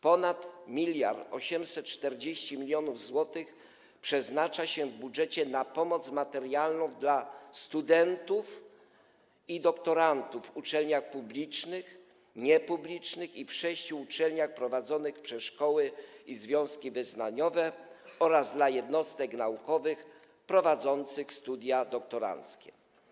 Ponad 1840 mln zł przeznacza się w budżecie na pomoc materialną dla studentów i doktorantów w uczelniach publicznych, niepublicznych i w sześciu uczelniach prowadzonych przez Kościoły i związki wyznaniowe oraz dla jednostek naukowych prowadzących studia doktoranckie.